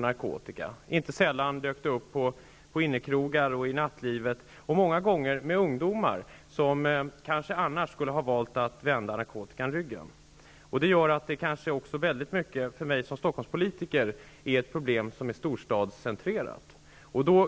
narkotika. Inte sällan dök det upp på innekrogar och i nattlivet, och många gånger i samband med ungdomar som kanske annars skulle ha valt att vända narkotikan ryggen. Det gör att det är ett problem som är storstadscentrerat, vilket berör mig som Stockholmspolitiker.